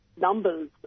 numbers